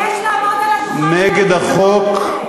תתבייש לעמוד על הדוכן ולדבר על החוק הזה.